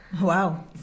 wow